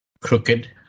crooked